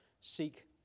seek